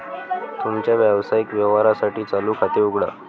तुमच्या व्यावसायिक व्यवहारांसाठी चालू खाते उघडा